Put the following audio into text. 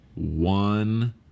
one